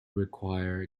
require